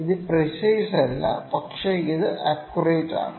ഇത് പ്രീസൈസല്ല പക്ഷേ ഇത് അക്യൂറേറ്റ് ആണ്